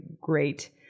great